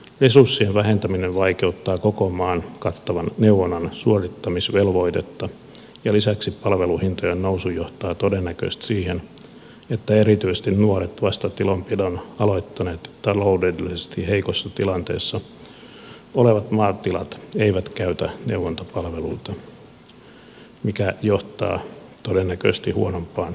resurssien vähentäminen vaikeuttaa koko maan kattavan neuvonnan suorittamisvelvoitetta ja lisäksi palveluhintojen nousu johtaa todennäköisesti siihen että erityisesti nuoret vasta tilanpidon aloittaneet taloudellisesti heikossa tilanteessa olevat maatilat eivät käytä neuvontapalveluita mikä johtaa todennäköisesti huonompaan tulokseen